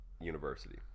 University